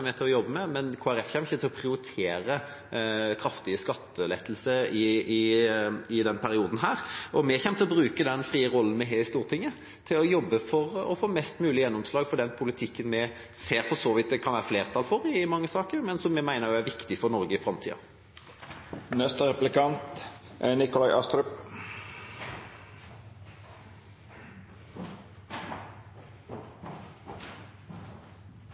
med, men Kristelig Folkeparti kommer ikke til å prioritere kraftige skattelettelser i denne perioden. Vi kommer til å bruke den frie rollen vi har i Stortinget, til å jobbe for å få mest mulig gjennomslag for den politikken vi ser at det for så vidt kan være flertall for i mange saker, men som vi mener er viktig for Norge i